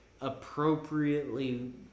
appropriately